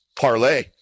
parlay